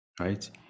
right